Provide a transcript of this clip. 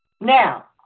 Now